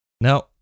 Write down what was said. Now